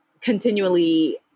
continually